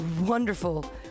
Wonderful